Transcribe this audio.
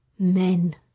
Men